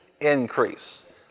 Increase